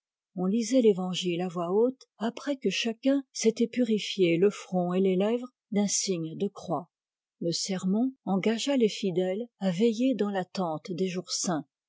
on lisait l'évangile à voix haute après que chacun s'était purifié le front et les lèvres d'un signe de croix le sermon engagea les fidèles à veiller dans l'attente des jours saints